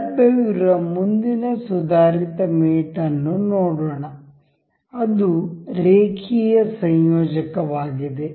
ಲಭ್ಯವಿರುವ ಮುಂದಿನ ಸುಧಾರಿತ ಮೇಟ್ ಅನ್ನು ನೋಡೋಣ ಅದು ರೇಖೀಯ ಸಂಯೋಜಕ ವಾಗಿದೆ